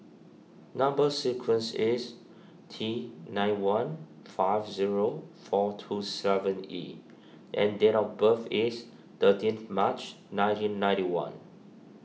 Number Sequence is T nine one five zero four two seven E and date of birth is thirteenth March nineteen ninety one